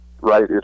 right